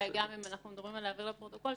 אם אנחנו מדברים על הבהרות לפרוטוקול,